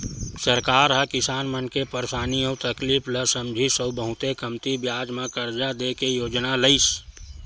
सरकार ह किसान मन के परसानी अउ तकलीफ ल समझिस अउ बहुते कमती बियाज म करजा दे के योजना लइस